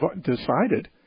decided